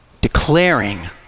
Declaring